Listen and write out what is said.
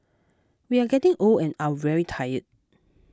we are getting old and are very tired